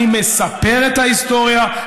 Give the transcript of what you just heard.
אני מספר את ההיסטוריה,